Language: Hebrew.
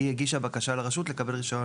היא הגישה בקשה לרשות לקבל רישיון